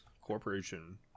Corporation